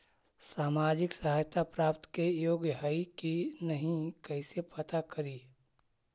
सामाजिक सहायता प्राप्त के योग्य हई कि नहीं कैसे पता करी?